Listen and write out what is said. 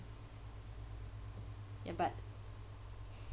ya but